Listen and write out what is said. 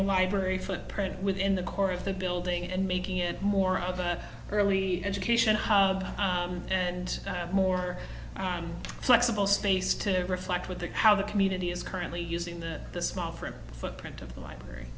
the library footprint within the core of the building and making it more of an early education hub and more flexible space to reflect with the how the community is currently using the the small print footprint of the library